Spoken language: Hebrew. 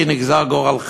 פרטי משלים, נגזר גורלך.